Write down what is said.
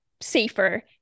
safer